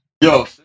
Yo